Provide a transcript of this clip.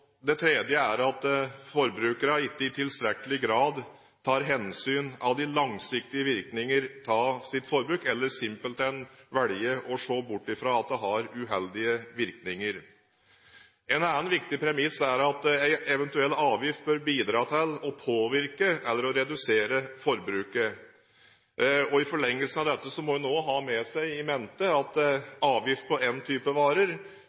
det siste er at forbrukerne ikke i tilstrekkelig grad tar hensyn til de langsiktige virkninger av sitt forbruk, eller simpelthen velger å se bort fra at det har uheldige virkninger. En annen viktig premiss er at en eventuell avgift bør bidra til å påvirke eller å redusere forbruket. I forlengelsen av dette må en også ha i mente at avgift på en type varer